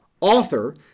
author